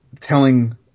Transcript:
telling